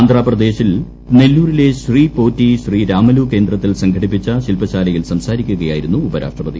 ആന്ധ്രാപ്രദേശിൽ നെല്ലൂരിലെ ശ്രീ പോറ്റി ശ്രീ രാമലു കേന്ദ്രത്തിൽ സംഘടിപ്പിച്ച ശിൽപ്പശാലയിൽ സംസാരിക്കുകയായിരുന്നു ഉപരാഷ്ട്രപതി